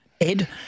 Ed